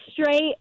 straight